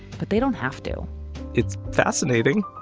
but they don't have to it's fascinating.